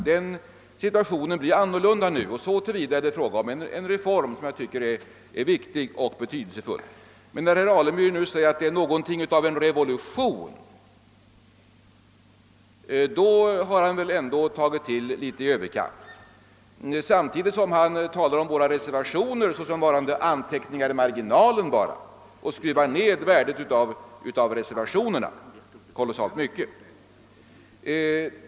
På detta område blir det nu annorlunda, och så till vida är det enligt min mening fråga om en betydelsefull reform. Men när herr Alemyr säger att det är något av en revolution har han väl ändå tagit till litet i överkant. Samtidigt talar han om våra reservationer såsom bara varande anteckningar i marginalen och sätter därmed ned deras värde oerhört mycket.